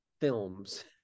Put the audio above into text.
films